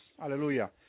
Hallelujah